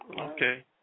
Okay